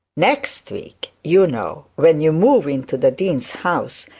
next week, you know, when you move into the dean's house,